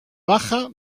baja